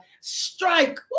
strike